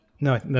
No